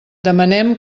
demanem